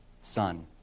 Son